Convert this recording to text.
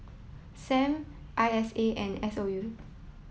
Sam I S A and S O U